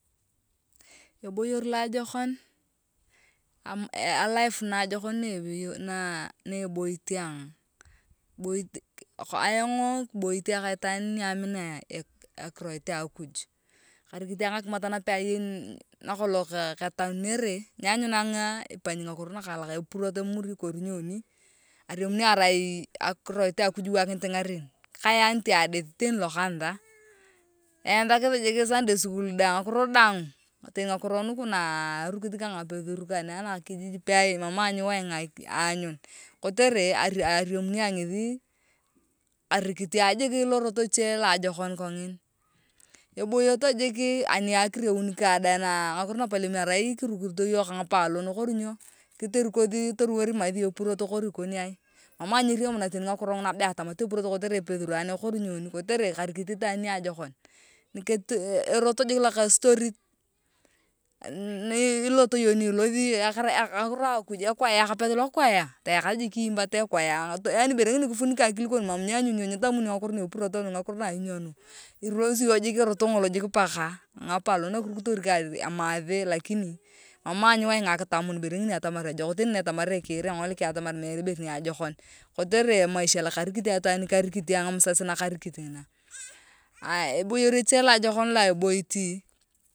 eboyore loajokon a laif najokon ne eboit ayong’oo kibit kaitwaan nia amina akiroit akuj karikit ayong akimat nape ayeni nakolong ketanuneri nianyuna ayong ipanyi ngakiro nakaalak epurot emuri kori nyoni ariamuni arai akiroit akuj iwakinit ngaren kaya nitaadit tena lokanisa eanthakithi jik sandei sunday school dae ngakiro daang teni ngakiro naaaa arukit ka ngapethur kane anakijij mam ayong nyiwayinga aanyan jik lorot jik akirean kang dae ngakiro napelem arai jik irukito yong ka- ngapolon kori nyo kiterekothi toruwor imathu epurot kori nyo nyeremuna teni ngakiro nguna ne atanuy epurot kotere epethurane kotere karikit itwaan niajokon erot lokesitorit niii ilot yong ni ilothi ngakiro a kuj kapethi lokwaya tayakathi kiimbata ekwaya ibere ngini kifunika akili kon mam nyiyanyuni yong ngakiro na epurot nyitamuni yong ngakiro nu ainyo nu ilothi yong jik ka erot ngolo paka ngapoloon nakirikurot ayong amaathe lakini mam ayong nyiwainga akitamun ibere ngini atamar ejok teni netamarene kiir engoliki atamar meere ibore niajokon kotere emaisha lokarikit ayong itwaan nikarikit yong ngaaya eboyor eche loajokon looo eboit.